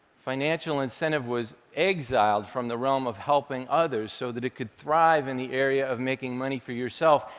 financial incentive was exiled from the realm of helping others, so that it could thrive in the area of making money for yourself,